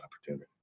opportunity